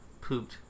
pooped